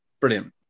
Brilliant